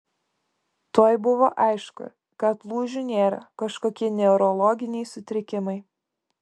tuoj buvo aišku kad lūžių nėra kažkokie neurologiniai sutrikimai